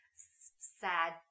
sad